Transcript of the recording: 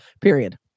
Period